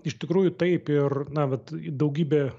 iš tikrųjų taip ir na vat daugybė